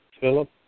Philip